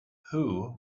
who